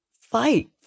fight